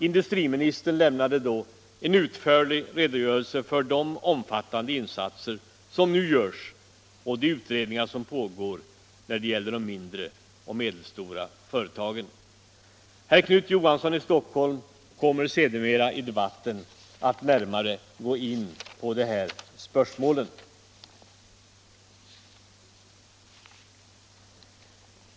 Industriministern lämnade då en utförlig redogörelse för de omfattande insatser som nu görs och de utredningar som pågår när det gäller de mindre och medelstora företagen. Herr Knut Johansson i Stockholm kommer senare i debatten att närmare gå in på dessa spörsmål.